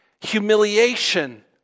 humiliation